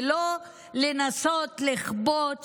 ולא לנסות לכפות